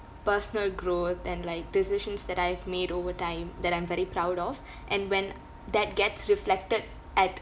personal growth and like decisions that I've made over time that I'm very proud of and when that gets reflected at